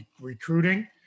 recruiting